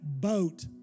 boat